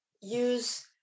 use